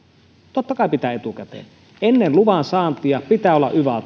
totta kai pitää etukäteen ennen luvan saantia pitää olla yva